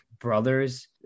brothers